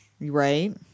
Right